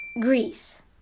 Greece